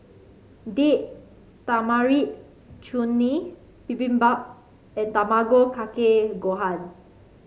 Date Tamarind Chutney Bibimbap and Tamago Kake Gohan